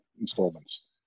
installments